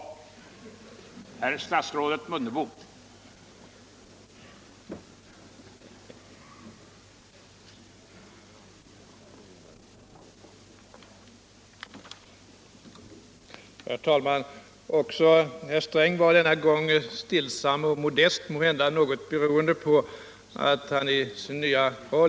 Allmänpolitisk debatt Allmänpolitisk debatt